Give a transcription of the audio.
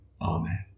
Amen